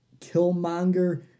Killmonger